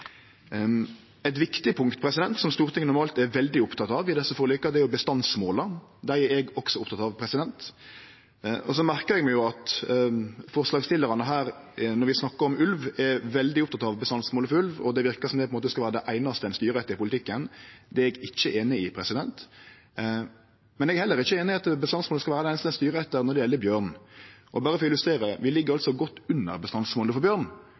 Eit viktig punkt som Stortinget normalt er veldig oppteke av i desse forlika, er bestandsmåla. Dei er eg òg oppteken av. Så merkar eg meg at forslagsstillarane, når vi snakkar om ulv, er veldig opptekne av bestandsmålet, og det verkar som om det på ein måte skal vere det einaste ein styrer etter i politikken. Det er eg ikkje einig i. Eg er heller ikkje einig i at bestandsmålet skal vere det einaste ein styrer etter når det gjeld bjørn. Berre for å illustrere: Vi ligg altså godt under bestandsmålet for bjørn.